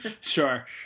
Sure